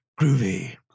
Groovy